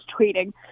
tweeting